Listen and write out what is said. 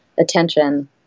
Attention